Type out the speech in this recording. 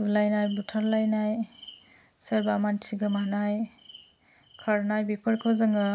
बुलायनाय बुथारलायनाय सोरबा मानसि गोमानाय खारनाय बेफोरखौ जोङो